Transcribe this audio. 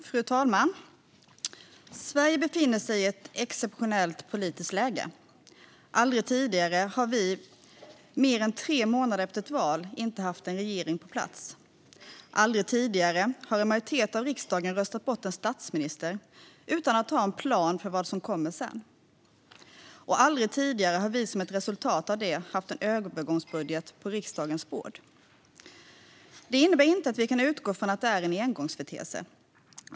Fru talman! Sverige befinner sig i ett exceptionellt politiskt läge. Aldrig tidigare har vi mer än tre månader efter ett val inte haft en regering på plats. Aldrig tidigare har en majoritet av riksdagen röstat bort en statsminister utan att ha en plan för vad som ska komma sedan. Och aldrig tidigare har vi som ett resultat därav haft en övergångsbudget på riksdagens bord. Det innebär inte att vi kan utgå ifrån att detta är en engångsföreteelse.